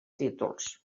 títols